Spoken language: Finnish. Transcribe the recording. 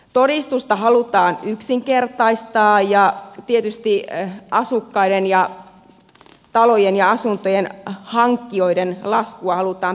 todistusta halutaan yksinkertaistaa ja tietysti asukkaiden ja talojen ja asuntojen hankkijoiden laskua halutaan pienentää